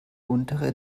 untere